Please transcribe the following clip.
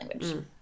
Language